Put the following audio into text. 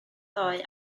ddoe